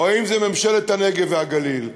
או שזאת ממשלת הנגב והגליל?